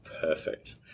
Perfect